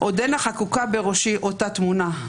עודנה חקוקה בראשי אותה תמונה,